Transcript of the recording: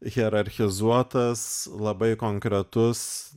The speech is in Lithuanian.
hierarchizuotas labai konkretus